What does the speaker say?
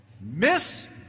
Miss